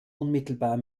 unmittelbar